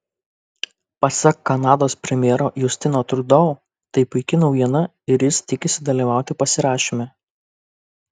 pasak kanados premjero justino trudeau tai puiki naujiena ir jis tikisi dalyvauti pasirašyme